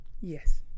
Yes